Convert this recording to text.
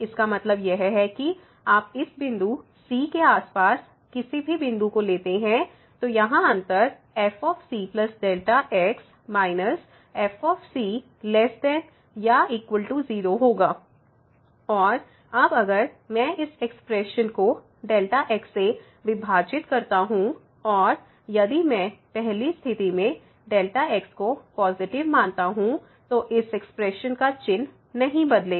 इसका मतलब यह है कि आप इस बिंदु c के आसपास किसी भी बिंदु को लेते हैं तो यहाँ अंतर fcΔ x−f≤ 0 होगा और अब अगर मैं इस एक्सप्रेशन को Δx से विभाजित करता हूं और यदि मैं पहली स्थिति में Δ x को पॉजिटिव मानता हूं तो इस एक्सप्रेशन का चिन्ह नहीं बदलेगा